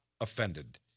offended